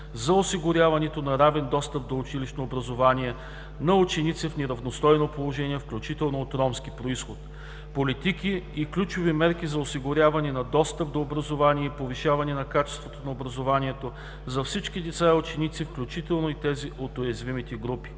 за осигуряването на равен достъп до училищно образование на ученици в неравностойно положение, включително от ромски произход; политики и ключови мерки за осигуряване на достъп до образование и повишаване на качеството на образованието за всички деца и ученици, включително и тези от уязвимите групи;